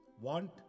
Want